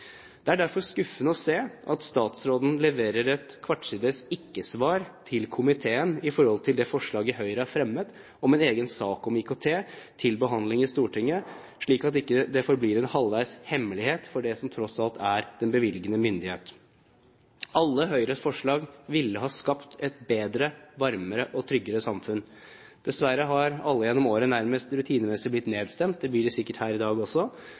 Det er derfor skuffende å se at statsråden leverer en kvart sides ikke-svar til komiteen i forhold til det forslaget Høyre har fremmet om en egen sak om IKT til behandling i Stortinget, slik at det ikke forblir en halvveis hemmelighet for det som tross alt er den bevilgende myndighet. Alle Høyres forslag ville ha skapt et bedre, varmere og tryggere samfunn. Dessverre har alle gjennom årene nærmest rutinemessig blitt nedstemt. Det blir de sikkert her i dag også.